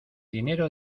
dinero